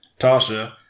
Tasha